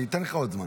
אני אתן לך עוד זמן,